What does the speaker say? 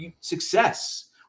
success